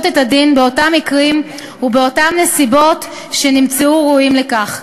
את הדין באותם מקרים ובאותן נסיבות שנמצאו ראויים לכך.